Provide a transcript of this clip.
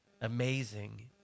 amazing